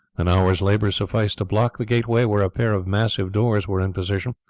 an hour's labour sufficed to block the gateway, where a pair of massive doors were in position,